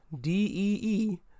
D-E-E